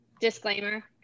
disclaimer